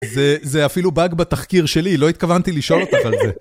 זה אפילו באג בתחקיר שלי, לא התכוונתי לשאול אותך על זה.